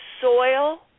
soil